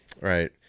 right